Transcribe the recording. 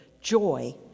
Joy